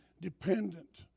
dependent